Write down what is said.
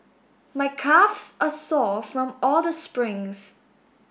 my calves are sore from all the springs